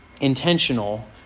intentional